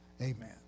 Amen